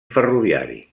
ferroviari